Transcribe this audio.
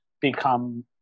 become